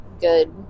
good